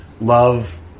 love